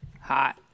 hot